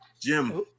Jim